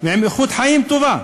ובאיכות חיים טובה.